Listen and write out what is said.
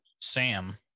Sam